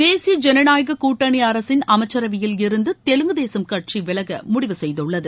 தேசிய ஜனநாயகக் கூட்டணி அரசின் அமைச்சரவையிலிருந்து தெலுங்கு தேசம் கட்சி விலக முடிவு செய்துள்ளது